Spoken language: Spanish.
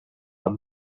han